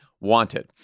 wanted